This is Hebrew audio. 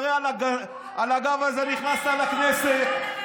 הרי על הגב הזה נכנסת לכנסת,